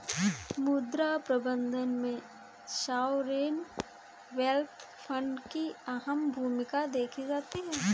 मुद्रा प्रबन्धन में सॉवरेन वेल्थ फंड की अहम भूमिका देखी जाती है